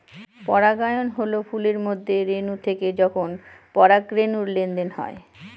পরাগায়ন হল ফুলের মধ্যে রেনু থেকে যখন পরাগরেনুর লেনদেন হয়